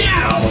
Now